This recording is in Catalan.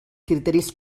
criteris